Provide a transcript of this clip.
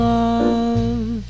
love